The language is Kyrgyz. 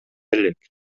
элек